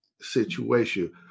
situation